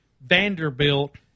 Vanderbilt